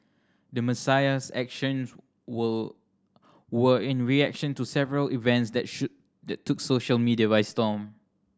the Messiah's actions were were in reaction to several events that should took social media by storm